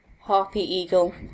harpy-eagle